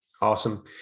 Awesome